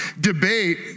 debate